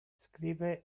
scrive